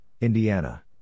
Indiana